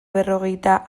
berrogeita